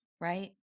right